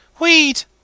Weed